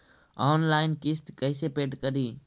Online किस्त कैसे paid करि?